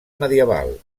medieval